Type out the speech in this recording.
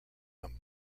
them